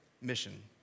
mission